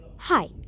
Hi